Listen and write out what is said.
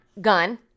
gun